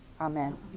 Amen